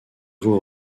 vous